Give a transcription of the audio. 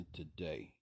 today